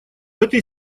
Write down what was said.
этой